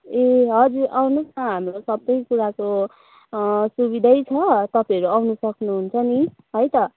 ए हजुर आउनुहोस् न हाम्रो सबै कुराको सुविधै छ तपाईँहरू आउनु सक्नुहुन्छ नि है त